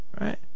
right